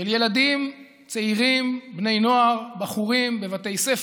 של ילדים צעירים, בני נוער, בחורים, בבתי ספר,